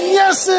yes